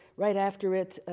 right after it,